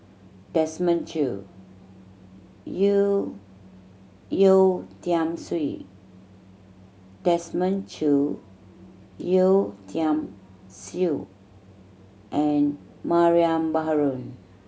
Desmond Choo Yeo Yeo Tiam Siew Desmond Choo Yeo Tiam Siew and Mariam Baharom